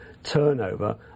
turnover